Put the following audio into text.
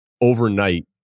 overnight